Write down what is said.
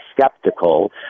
skeptical